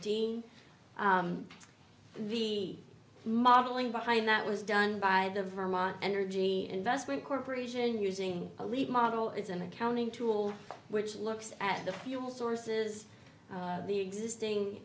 n the modeling behind that was done by the vermont energy investment corporation using a lead model is an accounting tool which looks at the fuel sources the existing